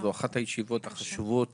זו אחת הישיבות החשובות